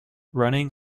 running